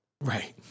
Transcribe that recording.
Right